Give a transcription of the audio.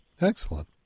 Excellent